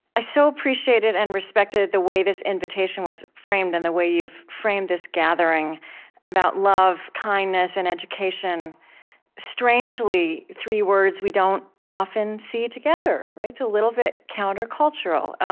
i so appreciated and respected the way this invitation was framed and the way you've framed this gathering about love, kindness, and education strangely, three words we don't often see together. it's a little bit countercultural.